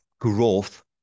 growth